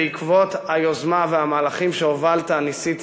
בעקבות היוזמה והמהלכים שהובלת ניסיתי